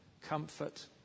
comfort